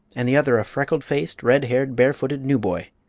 and the other a freckle-faced, red-haired, barefooted newboy.